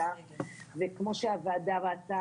ואנחנו מקווים שהוועדה,